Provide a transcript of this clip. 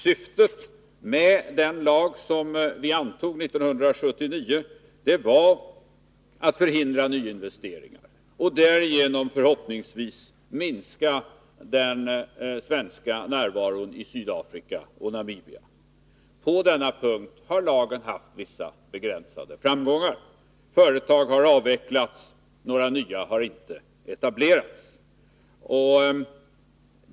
Syftet med den lag som vi antog 1979 var att förhindra nyinvesteringar och därigenom förhoppningsvis minska den svenska närvaron i Sydafrika och Namibia. På denna punkt har lagen haft vissa begränsade framgångar. Företag har avvecklats, och några nya har inte etablerats.